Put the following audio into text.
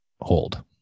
hold